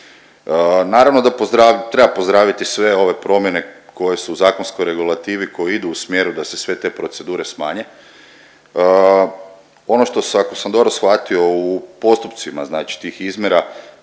Naravno da treba pozdraviti sve ove promjene koje su u zakonskoj regulativi, koje idu u smjeru da se sve te procedure smanje. Ono što ako sam dobro shvatio u postupcima znači tih izmjera